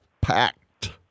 packed